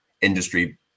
industry